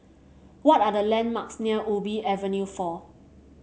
what are the landmarks near Ubi Avenue four